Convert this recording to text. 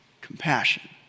compassion